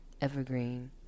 evergreen